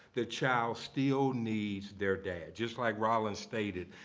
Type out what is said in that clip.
the child still needs their dad, just like roland stated,